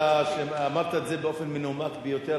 אתה אמרת את זה באופן מנומק ביותר,